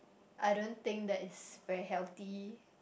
I don't think that is very healthy